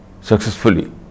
successfully